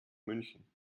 münchen